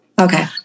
Okay